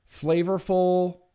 flavorful